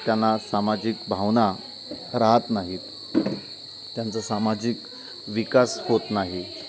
त्यांना सामाजिक भावना राहत नाहीत त्यांचं सामाजिक विकास होत नाही